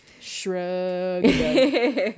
shrug